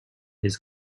his